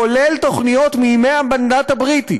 כולל תוכניות מימי המנדט הבריטי,